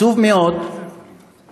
עצוב מאוד לשמוע,